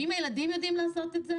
ואם הילדים יודעים לעשות את זה